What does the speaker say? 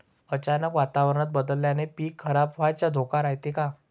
अचानक वातावरण बदलल्यानं पीक खराब व्हाचा धोका रायते का?